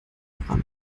woran